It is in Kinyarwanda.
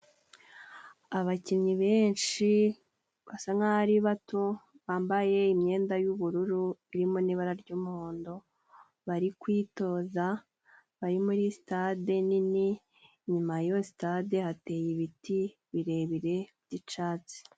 Abakinnyi benshi basa nk'aho ari bato bambaye imyenda y'ubururu irimo n'ibara ry'umuhondo, bari kwitoza bari muri sitade nini. Inyuma y'iyo sitade hateye ibiti birebire by'icatsi.